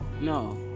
No